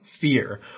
fear